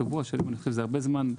שבוע שלם אני חושב שזה הרבה זמן.